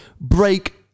break